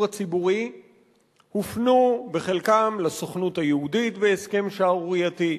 הציבורי הופנו בחלקם לסוכנות היהודית בהסכם שערורייתי,